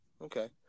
Okay